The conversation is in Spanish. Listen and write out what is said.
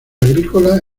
agrícola